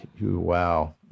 Wow